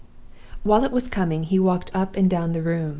while it was coming, he walked up and down the room,